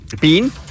Bean